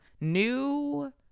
new